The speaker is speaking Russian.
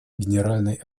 генеральной